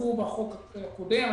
קופחו החוק הקודם.